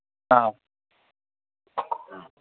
ꯑꯥ